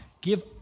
Give